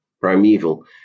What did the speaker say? Primeval